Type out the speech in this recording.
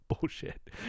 bullshit